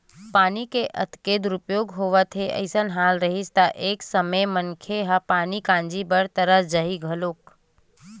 पानी के अतेक दुरूपयोग होवत हे अइसने हाल रइही त एक समे मनखे ह पानी काजी बर तरस जाही घलोक